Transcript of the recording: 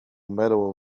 medal